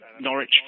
Norwich